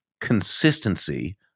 consistency